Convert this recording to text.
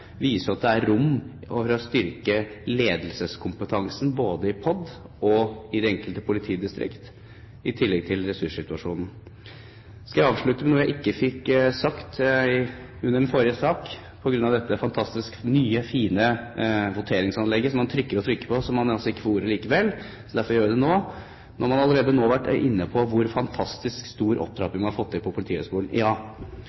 viser at det er rom for å styrke ledelseskompetansen både i POD og i de enkelte politidistrikt, i tillegg til ressurssituasjonen. Så skal jeg avslutte med å si noe jeg ikke fikk sagt under den forrige saken på grunn av dette fantastisk fine, nye voteringsanlegget som man trykker og trykker på, men ikke får ordet likevel. Derfor gjør jeg det nå. Nå har man allerede vært inne på hvor fantastisk stor